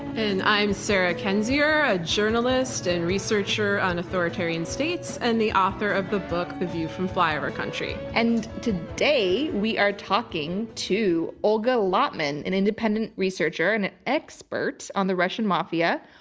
and i'm sarah kendzior, a journalist and researcher on authoritarian states, and the author of the book the view from flyover country. and today we are talking to olga lautman, an independent researcher and and expert on the russian mafia.